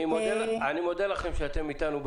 אני מודה לכם שאתם אתנו בדיון.